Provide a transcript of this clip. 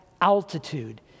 altitude